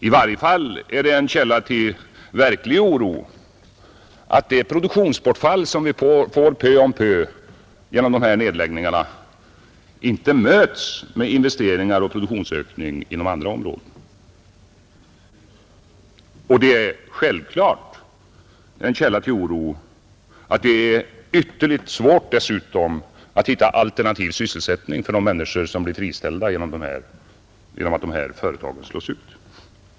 I varje fall är det en källa till verklig oro att det produktionsbortfall som vi får pö om pö genom nedläggningarna inte möts med investeringar och produktionsökning inom andra områden. Och det är självfallet en källa till oro att det dessutom är ytterligt svårt att hitta alternativ sysselsättning för de människor som blir friställda genom att de här företagen slås ut.